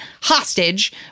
hostage